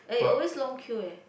eh always long queue eh